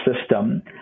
system